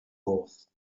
mawrth